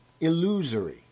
illusory